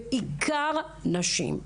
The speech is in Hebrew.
בעיקר נשים.